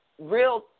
real